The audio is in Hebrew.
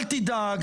אל תדאג,